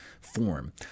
form